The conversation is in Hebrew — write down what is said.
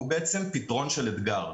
בחממה זה פתרון של אתגר.